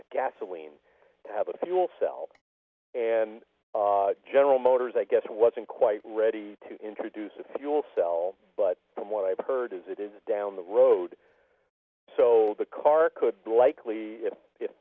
the gasoline to have a fuel cell and general motors i guess it wasn't quite ready to introduce a fuel cell but from what i've heard is it is down the road so the car could likely